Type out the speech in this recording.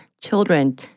children